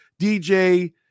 DJ